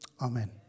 Amen